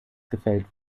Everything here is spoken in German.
gefällt